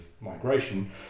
migration